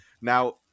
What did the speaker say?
Now